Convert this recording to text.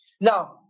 now